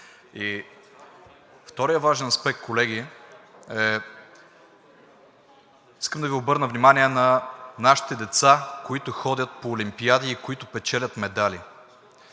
Вторият важен аспект. Колеги, искам да Ви обърна внимание на нашите деца, които ходят по олимпиади и печелят медали.